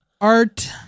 Art